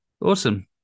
awesome